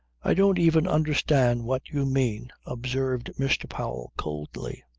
i don't even understand what you mean, observed mr. powell coldly.